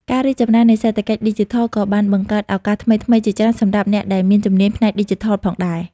ការរីកចម្រើននៃសេដ្ឋកិច្ចឌីជីថលក៏បានបង្កើតឱកាសថ្មីៗជាច្រើនសម្រាប់អ្នកដែលមានជំនាញផ្នែកឌីជីថលផងដែរ។